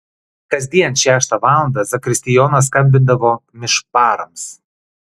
kasdien šeštą valandą zakristijonas skambindavo mišparams